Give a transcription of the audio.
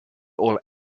all